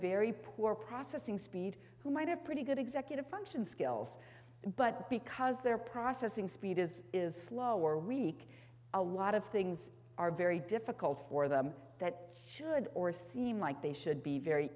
very poor processing speed who might have pretty good executive function skills but because they're processing speed is is slower week a lot of things are very difficult for them that should or seem like they should be very